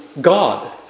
God